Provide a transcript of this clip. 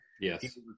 Yes